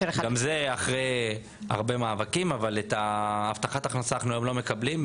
גם זה אחרי הרבה מאבקים אבל את הבטחת ההכנסה אנחנו לא מקבלים.